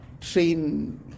Train